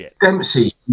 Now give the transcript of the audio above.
Dempsey